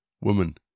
Woman